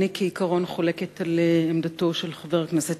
אני כעיקרון חולקת על עמדתו של חבר הכנסת